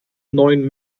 neuen